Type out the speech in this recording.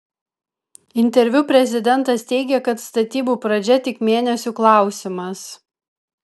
interviu prezidentas teigė kad statybų pradžia tik mėnesių klausimas